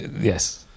Yes